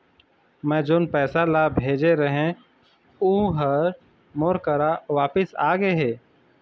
मै जोन पैसा ला भेजे रहें, ऊ हर मोर करा वापिस आ गे हे